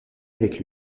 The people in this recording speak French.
avec